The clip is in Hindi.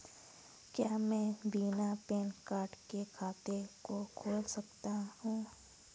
क्या मैं बिना पैन कार्ड के खाते को खोल सकता हूँ?